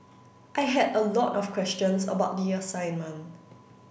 I had a lot of questions about the assignment